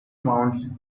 mounds